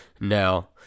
now